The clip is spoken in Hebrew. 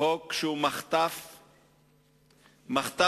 חוק שהוא מחטף גמור.